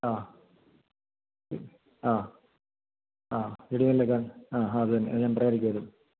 ആ ആ വീടുകളിലൊക്കെ ആഹ് അത് തന്നെ